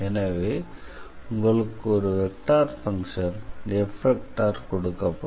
எனவே உங்களுக்கு ஒரு வெக்டார் ஃபங்க்ஷன் F கொடுக்கப்படும்